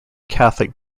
catholic